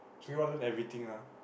so you want learn everything ah